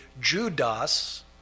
Judas